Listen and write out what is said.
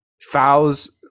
fouls